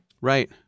right